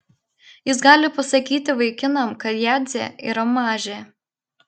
jis gali pasakyti vaikinam kad jadzė yra mažė